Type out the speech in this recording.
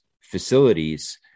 facilities